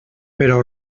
però